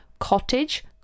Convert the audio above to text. cottage